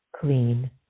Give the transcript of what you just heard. Clean